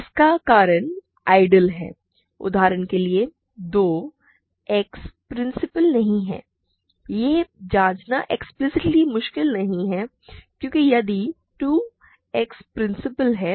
इसका कारण आइडियल है उदाहरण के लिए 2X प्रिंसिपल नहीं है यह जांचना एक्सप्लिसिटली मुश्किल नहीं है क्योंकि यदि 2X प्रिंसिपल है